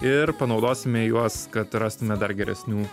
ir panaudosime juos kad rastume dar geresnių